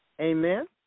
Amen